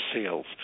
sales